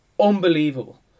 Unbelievable